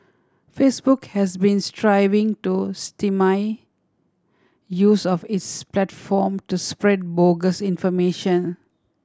Facebook has been striving to stymie use of its platform to spread bogus information